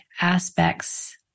aspects